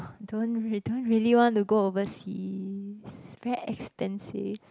don't re~ don't really want to go overseas very expensive